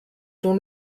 dont